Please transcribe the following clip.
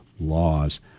laws